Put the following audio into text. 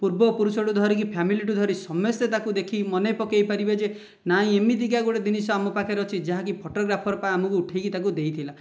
ପୂର୍ବ ପୁରୁଷଠୁ ଧରିକି ଫ୍ୟାମିଲିଠୁ ଧରି ସମସ୍ତେ ତାକୁ ଦେଖିକି ମନେ ପକେଇ ପାରିବେ ଯେ ନା ଏମିତିକା ଗୋଟେ ଜିନିଷ ଆମ ପାଖରେ ଅଛି ଯାହାକି ଫୋଟୋଗ୍ରାଫରଟା ଉଠେଇକି ଆମକୁ ତାକୁ ଦେଇଥିଲା